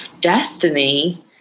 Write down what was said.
destiny